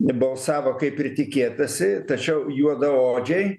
balsavo kaip ir tikėtasi tačiau juodaodžiai